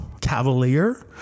cavalier